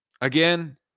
again